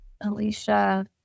alicia